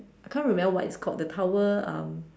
I can't remember what it's called the tower um